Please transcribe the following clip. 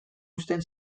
uzten